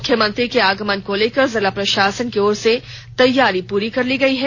मुख्यमंत्री के आगमन को लेकर जिला प्रशासन की ओर से तैयारी पूरी कर ली गई है